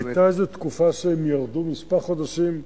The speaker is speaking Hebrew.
היתה איזו תקופה שהם ירדו, כמה חודשים.